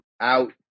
out